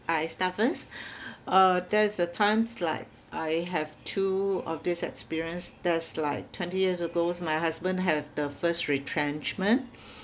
I start first uh there's a times like I have two of this experience that's like twenty years ago my husband have the first retrenchment